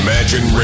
Imagine